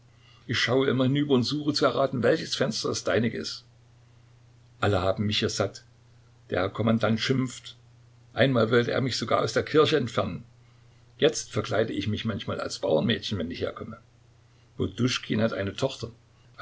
ich schaue immer hinüber und suche zu erraten welches fenster das deinige ist alle haben mich hier satt der kommandant schimpft einmal wollte er mich sogar aus der kirche entfernen jetzt verkleide ich mich manchmal als bauernmädchen wenn ich herkomme poduschkin hat eine tochter